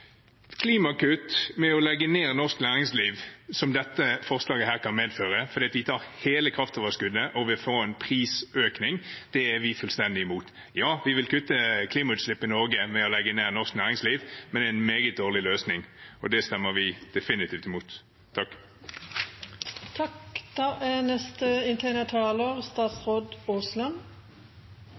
Klimakutt ved å legge ned norsk næringsliv, som dette forslaget kan medføre fordi de tar hele kraftoverskuddet, og vi får en prisøkning, er vi fullstendig imot. Ja, man kutter klimagassutslippene i Norge ved å legge ned norsk næringsliv, men det er en meget dårlig løsning. Det stemmer vi definitivt imot. Det er ingen tvil om at de oppgavene som ligger foran oss, er